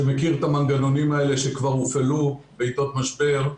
שמכיר את המנגנונים האלה שכבר הופעלו בעתות משבר.